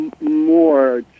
more